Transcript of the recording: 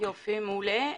יופי, מעולה.